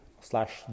slash